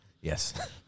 Yes